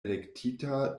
elektita